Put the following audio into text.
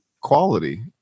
Quality